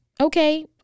Okay